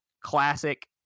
classic